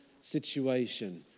situation